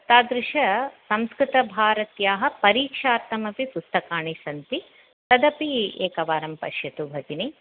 तादृशसंस्कृतभारत्याः परीक्षार्थमपि पुस्तकानि सन्ति तदपि एकवारं पश्यतु भगिनि